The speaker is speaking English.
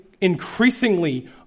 increasingly